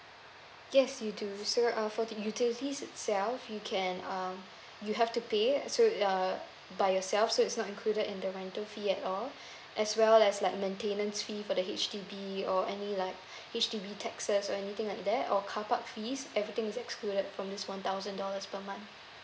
yes we do so uh for the utility itself you can um you have to pay so uh by yourself so it's not included in the rental fee at all as well as like maintenance fee for the H_D_B or any like H_D_B taxes or anything like that or carpark fees everything is excluded from this one thousand dollars per month